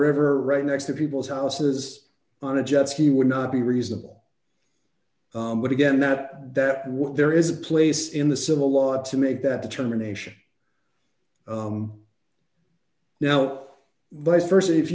river right next to people's houses on a jet ski would not be reasonable but again that that would there is a place in the civil law to make that determination now but st if